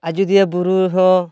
ᱟᱡᱳᱫᱤᱭᱟ ᱵᱩᱨᱩ ᱦᱚᱸ